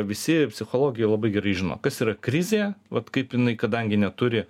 visi psichologijoj labai gerai žino kas yra krizė vat kaip jinai kadangi neturi